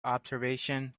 observation